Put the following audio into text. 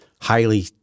highly